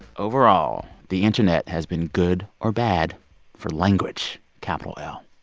overall, the internet has been good or bad for language capital l?